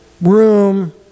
room